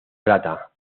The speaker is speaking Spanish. plata